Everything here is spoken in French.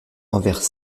envers